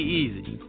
easy